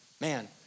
man